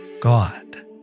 God